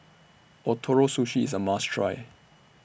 Ootoro Sushi IS A must Try